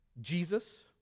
Jesus